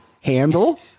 handle